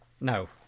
No